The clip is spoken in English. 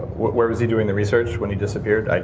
where was he doing the research when he disappeared?